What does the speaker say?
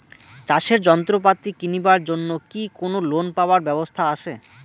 চাষের যন্ত্রপাতি কিনিবার জন্য কি কোনো লোন পাবার ব্যবস্থা আসে?